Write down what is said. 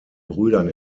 brüdern